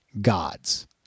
gods